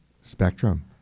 Spectrum